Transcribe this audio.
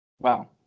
wow